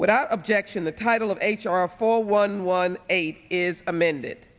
without objection the title of h r four one one eight is amended